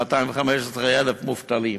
215,000 מובטלים.